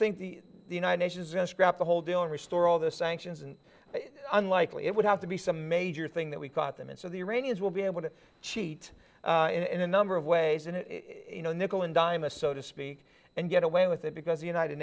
think the united nations in scrap the whole deal and restore all the sanctions and unlikely it would have to be some major thing that we caught them and so the iranians will be able to cheat in a number of ways and you know nickel and dime a so to speak and get away with it because the united